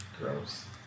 Gross